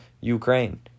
Ukraine